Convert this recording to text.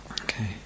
Okay